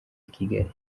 kigali